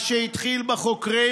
מה שהתחיל בחוקרים,